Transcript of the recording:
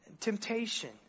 temptation